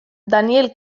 daniel